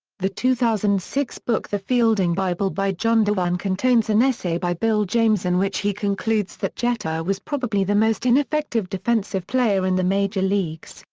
the two thousand and six book the fielding bible by john dewan contains an essay by bill james in which he concludes that jeter was probably the most ineffective defensive player in the major leagues,